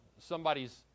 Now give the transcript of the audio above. somebody's